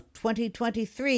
2023